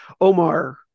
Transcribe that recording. Omar